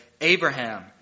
Abraham